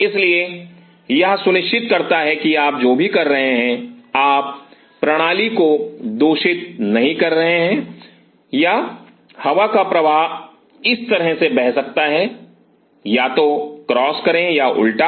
इसलिए यह सुनिश्चित करता है कि आप जो भी कर रहे हैं आप प्रणाली को दूषित नहीं कर रहे हैं या हवा का प्रवाह इस तरह से बह सकता है या तो क्रॉस करें या उल्टा